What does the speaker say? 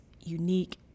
unique